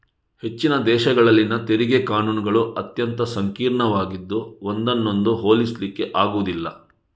ಹೆಚ್ಚಿನ ದೇಶಗಳಲ್ಲಿನ ತೆರಿಗೆ ಕಾನೂನುಗಳು ಅತ್ಯಂತ ಸಂಕೀರ್ಣವಾಗಿದ್ದು ಒಂದನ್ನೊಂದು ಹೋಲಿಸ್ಲಿಕ್ಕೆ ಆಗುದಿಲ್ಲ